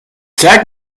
zeig